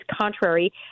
contrary